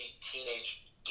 teenage